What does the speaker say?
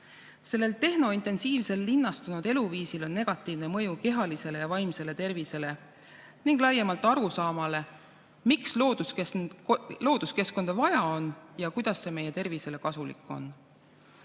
Sellel tehnointensiivsel linnastunud eluviisil on negatiivne mõju kehalisele ja vaimsele tervisele ning laiemalt arusaamale, miks looduskeskkonda vaja on ja kuidas see meie tervisele kasulik on.